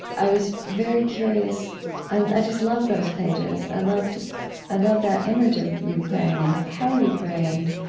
i was very curious i just love those pages. i loved i loved that image of you praying and how you pray and